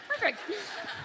Perfect